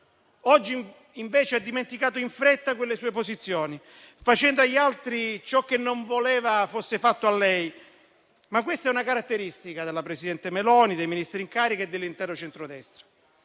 Oggi invece ha dimenticato in fretta quelle sue posizioni, facendo agli altri ciò che non voleva fosse fatto a lei. Ma questa è una caratteristica del presidente Meloni, dei Ministri in carica e dell'intero centrodestra,